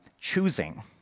choosing